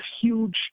huge